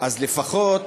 אז לפחות,